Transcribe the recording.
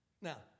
Now